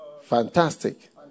fantastic